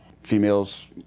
Females